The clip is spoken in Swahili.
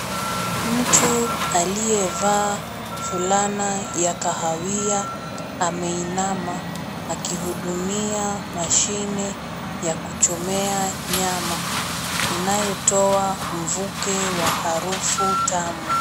Mtu aliyevaa fulana ya kahawia ameinama akihudumia mashine ya kuchomea nyama inayotoa mvuke wa harufu tamu.